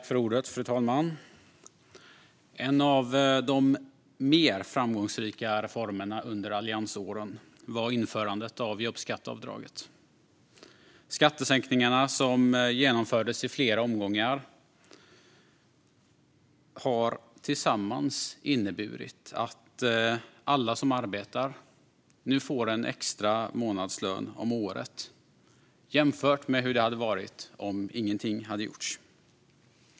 Fru talman! En av de mer framgångsrika reformerna under alliansåren var införandet av jobbskatteavdraget. Skattesänkningarna, som genomfördes i flera omgångar, har tillsammans inneburit att alla som arbetar nu får en extra månadslön om året jämfört med hur det hade varit om ingenting hade gjorts.